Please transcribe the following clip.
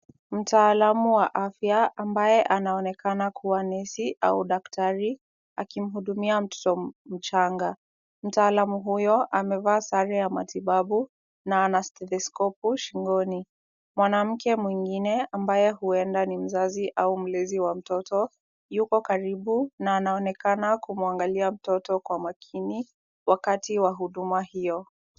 Mtaalamu wa afya ambaye anaonekana kuwa nesi au daktari akimhudumia mtoto mchanga . Mtaalamu huyo amevaa sare ya matibabu na ana stethoscope shingoni. Mwanamke mwingine ambaye huenda ni mzazi au mlezi wa mtoto yuko karibu na anaonekana kumwangalia mtoto kwa makini wakati wa huduma hio.